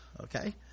okay